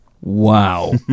Wow